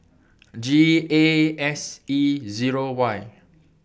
G A S E Zero Y